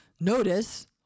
Notice